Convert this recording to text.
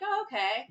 okay